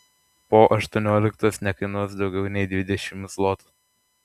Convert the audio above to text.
po aštuonioliktos nekainuos daugiau nei dvidešimt zlotų